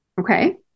okay